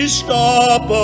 stop